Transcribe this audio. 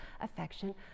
affection